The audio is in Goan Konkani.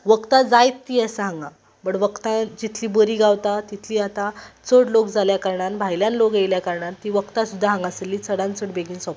वखदां जायतीं आसा हांगा पण वखदां जितलीं बरी गावता तितली आतां चड लोक जाल्या कारणान भायल्यान लोक येयल्या कारणान ती वखदां सुदां हांगासल्ली चडान चड बेगीन सोंपता